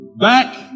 back